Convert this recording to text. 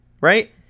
right